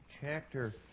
chapter